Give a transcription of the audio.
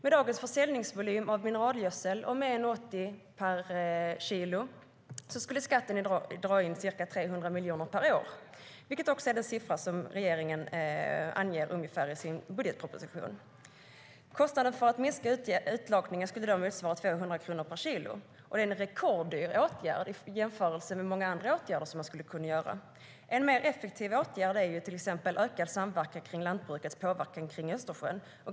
Med dagens försäljningsvolym av mineralgödsel och med 1,80 kr per kilo skulle skatten dra in ca 300 miljoner per år, vilket också är den ungefärliga siffra som regeringen anger i sin budgetproposition. Kostnaden för att minska utlakningen skulle därmed motsvara 200 kronor per kilo, en rekorddyr åtgärd i jämförelse med många andra åtgärder som man kunde vidta. En mer effektiv åtgärd är till exempel en ökad samverkan kring lantbrukets påverkan runt Östersjön.